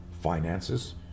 finances